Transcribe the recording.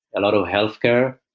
a lot of healthcare.